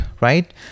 Right